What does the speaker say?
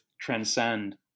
Transcend